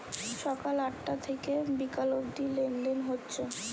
সকাল আটটা থিকে বিকাল অব্দি লেনদেন হচ্ছে